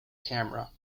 camera